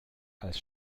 als